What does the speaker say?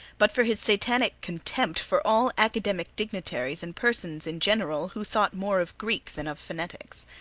but for his satanic contempt for all academic dignitaries and persons in general who thought more of greek than of phonetics.